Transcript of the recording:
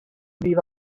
vive